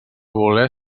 voler